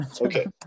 Okay